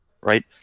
Right